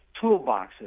toolboxes